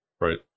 right